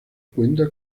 cuenta